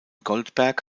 goldberg